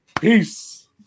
Peace